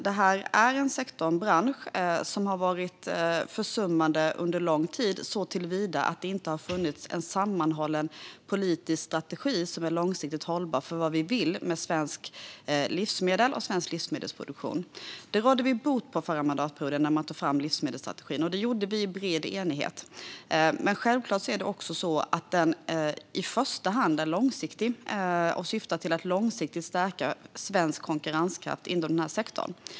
Detta är en sektor, en bransch, som har varit försummad under lång tid såtillvida att det inte har funnits någon sammanhållen, långsiktigt hållbar politisk strategi för vad vi vill med svenska livsmedel och svensk livsmedelsproduktion. Det rådde vi bot på under den förra mandatperioden när livsmedelsstrategin togs fram. Det gjordes i bred enighet. Den är självklart i första hand långsiktig och syftar till att långsiktigt stärka svensk konkurrenskraft inom sektorn.